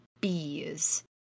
bees